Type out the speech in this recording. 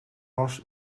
was